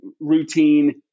routine